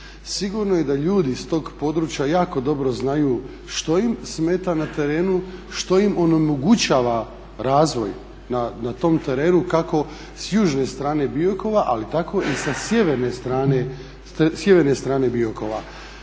Sigurno je da ljudi iz tog područja jako dobro znaju što im smeta na terenu, što im onemogućava razvoj na tom terenu kako s južne strane Biokova ali tako i sa sjeverne strane Biokova.